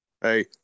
Hey